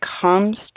comes